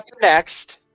Next